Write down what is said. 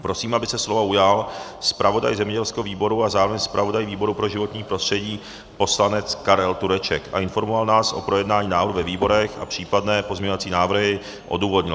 Prosím, aby se slova ujal zpravodaj zemědělského výboru a zároveň zpravodaj výboru pro životní prostředí poslanec Karel Tureček a informoval nás o projednání návrhu ve výborech a případné pozměňovací návrhy odůvodnil.